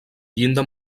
llinda